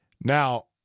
Now